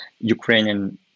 Ukrainian